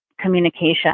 communication